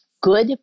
good